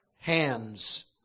hands